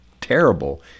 terrible